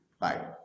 Bye